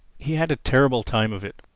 he had a terrible time of it.